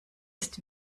ist